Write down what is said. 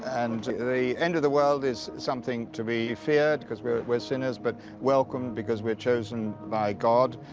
and the end of the world is something to be feared, cause we're we're sinners, but welcome because we're chosen by god,